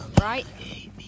right